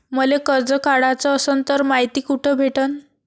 मले कर्ज काढाच असनं तर मायती कुठ भेटनं?